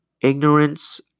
ignorance